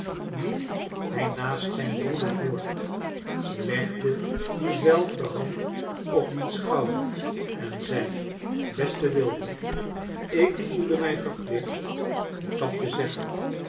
liep hij naast zijn broeder voort legde die zelfde hand op diens schouder en zei beste william ik voelde mij verplicht dat to zeggen